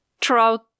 Trout